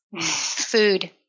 Food